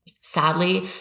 sadly